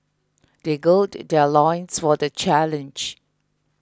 they gird their loins for the challenge